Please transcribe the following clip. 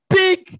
big